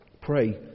Pray